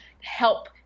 help